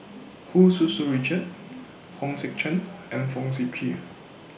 Hu Tsu Tau Richard Hong Sek Chern and Fong Sip Chee